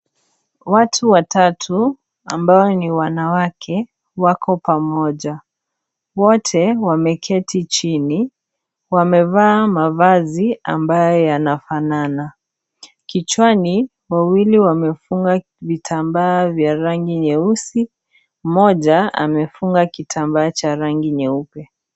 Watu watatu ambao ni wanawake wako pamoja. Wote wameketi chini. Wamevaa mavazi ambayo yanafanana. Kichwani wawili wamefunga vitambaa vya rangi nyeusi mmoja amefunga kitambaa cha rangi nyeupe.